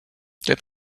get